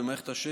במערכת השתן,